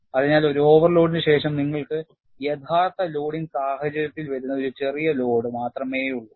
അതിനാൽ ഒരു ഓവർലോഡിന് ശേഷം നിങ്ങൾക്ക് യഥാർത്ഥ ലോഡിംഗ് സാഹചര്യത്തിൽ വരുന്ന ഒരു ചെറിയ ലോഡ് മാത്രമേയുള്ളൂ